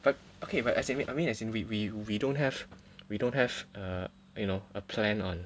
but okay but as in I mean as in we we we don't have we don't have err you know a plan on